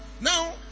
Now